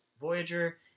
Voyager